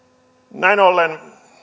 näin ollen